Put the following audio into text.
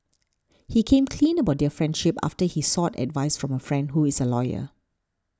he came clean about their friendship after he sought advice from a friend who is a lawyer